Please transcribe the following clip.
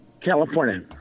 California